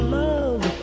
love